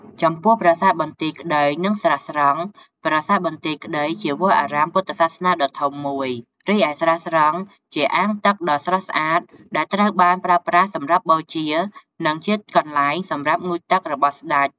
ចំពោះ ប្រាសាទបន្ទាយក្តី និង ស្រះស្រង់ ប្រាសាទបន្ទាយក្តីជាវត្តអារាមពុទ្ធសាសនាដ៏ធំមួយ រីឯស្រះស្រង់ជាអាងទឹកដ៏ស្រស់ស្អាតដែលត្រូវបានប្រើប្រាស់សម្រាប់បូជា និងជាកន្លែងសម្រាប់ងូតទឹករបស់ស្តេច។